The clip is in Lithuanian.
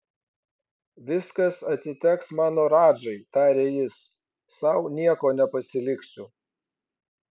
viskas atiteks mano radžai tarė jis sau nieko nepasiliksiu